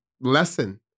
lesson